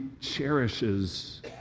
cherishes